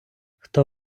хто